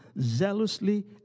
zealously